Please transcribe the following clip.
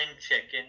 Chicken